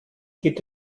gibt